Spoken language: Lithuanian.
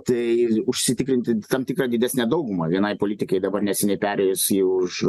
tai užsitikrinti tam tikrą didesnę daugumą vienai politikei dabar neseniai perėjęs į už